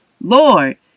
Lord